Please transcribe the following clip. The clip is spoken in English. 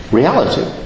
reality